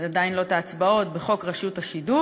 עדיין לא את ההצבעות, בחוק רשות השידור.